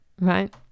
right